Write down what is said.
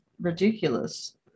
ridiculous